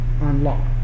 unlocked